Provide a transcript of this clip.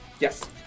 Yes